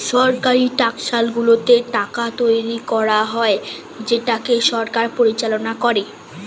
সরকারি টাকশালগুলোতে টাকা তৈরী করা হয় যেটাকে সরকার পরিচালনা করে